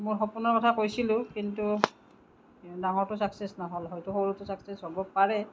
মোৰ সপোনৰ কথা কৈছিলোঁ কিন্তু ডাঙৰটো চাকচেছ নহ'ল হয়তো সৰুটো চাকচেছ হ'ব পাৰে